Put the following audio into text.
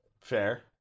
Fair